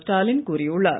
ஸ்டாலின் கூறியுள்ளார்